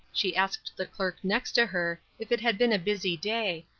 she asked the clerk next her if it had been a busy day,